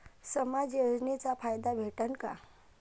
समाज योजनेचा फायदा भेटन का?